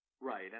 right